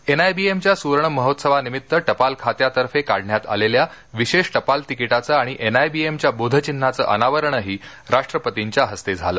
एनआयबीएमच्या सुवर्ण महोत्सवानिमित्त टपाल खात्यातर्फे काढण्यात आलेल्या विशेष टपाल तिकिटाचं आणि एनआयबीएमच्या बोधचिन्हाचं अनावरणही राष्ट्रपतींच्या हस्ते झालं